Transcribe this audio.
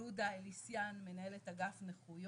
לידה זה החלק השמח.